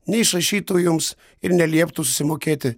neišrašytų jums ir nelieptų susimokėti